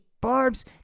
Barb's